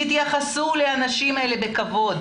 תתייחסו לאנשים האלה בכבוד